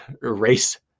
race